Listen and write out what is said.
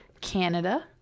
Canada